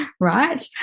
Right